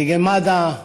לנציגי מד"א,